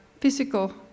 physical